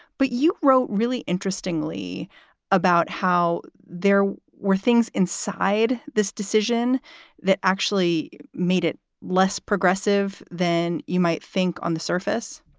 but you wrote really interestingly about how there were things inside this decision that actually made it less progressive than you might think on the surface